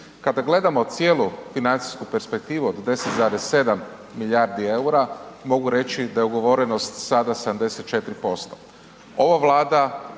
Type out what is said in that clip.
Kada gledamo cijelu financijsku perspektivu od 10,7 milijardi EUR-a, mogu reći da je ugovorenost sada 74%.